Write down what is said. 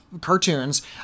cartoons